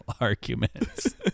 arguments